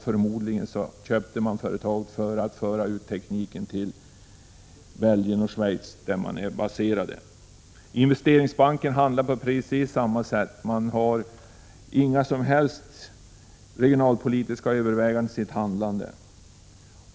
Förmodligen köptes företaget för att föra ut tekniken till Belgien och Schweiz, där basen ligger. Investeringsbanken handlar på precis samma sätt. Man har inga som helst regionalpolitiska överväganden bakom sitt handlande.